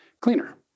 cleaner